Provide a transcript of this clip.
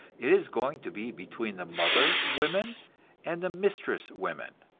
it is going to be between the mother women and the mistress women,